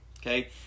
okay